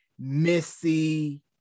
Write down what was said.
Missy